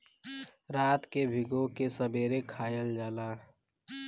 रात के भिगो के सबेरे खायल जाला